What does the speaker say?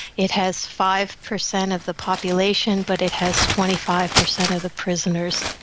it has five percent of the population but it has twenty five percent of the prisoners.